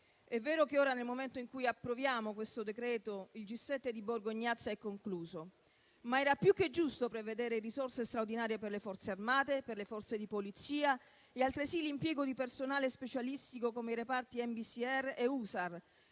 È vero che ora, nel momento in cui approviamo questo decreto, il G7 di Borgo Egnazia è concluso, ma era più che giusto prevedere risorse straordinarie per le Forze armate, per le forze di Polizia e altresì l'impiego di personale specialistico, come i reparti nucleare,